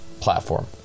platform